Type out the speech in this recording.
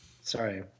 Sorry